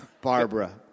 Barbara